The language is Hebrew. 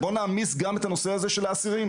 בואו נעמיס גם את הנושא הזה של האסירים,